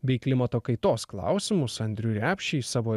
bei klimato kaitos klausimus andrių repšį savo